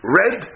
red